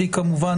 כמובן,